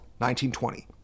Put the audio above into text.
1920